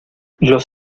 los